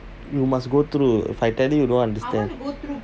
you must go through if I tell you you don't understand